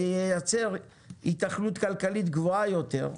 וייצר התכנות כלכלית גבוהה יותר.